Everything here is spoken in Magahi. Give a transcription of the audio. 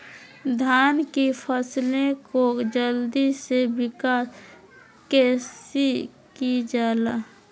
धान की फसलें को जल्दी से विकास कैसी कि जाला?